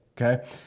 Okay